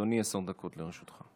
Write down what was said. בבקשה, אדוני, עשר דקות לרשותך.